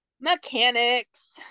Mechanics